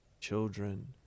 children